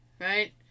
right